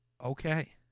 Okay